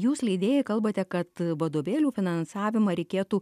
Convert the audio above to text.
jūs leidėjai kalbate kad vadovėlių finansavimą reikėtų